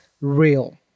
real